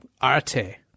Arte